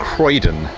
Croydon